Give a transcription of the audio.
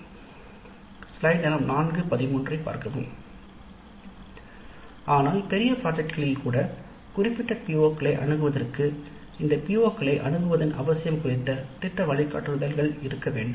ஆனால் குறிப்பிட்ட திட்டங்களை நிவர்த்தி செய்வதற்கான முக்கிய திட்டத்திற்கு கூட இந்த PO களை நிவர்த்தி செய்ய வேண்டிய அவசியம் குறித்த திட்ட வழிகாட்டுதல்கள் இருக்க வேண்டும்